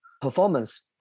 performance